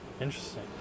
Interesting